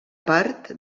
part